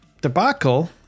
debacle